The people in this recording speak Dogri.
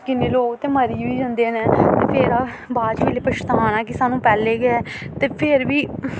किन्ने लोग ते मरी बी जंदे न ते फिर बाद च जेल्लै पछताना कि सानूं पैह्लें गै ते फिर बी